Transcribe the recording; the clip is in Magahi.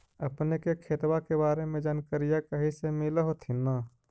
अपने के खेतबा के बारे मे जनकरीया कही से मिल होथिं न?